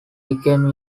became